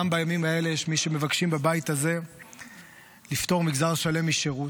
גם בימים האלה יש מי שמבקשים בבית הזה לפטור מגזר שלם משירות,